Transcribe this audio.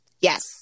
Yes